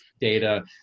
data